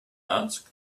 asked